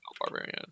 barbarian